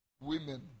women